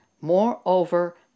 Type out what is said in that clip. Moreover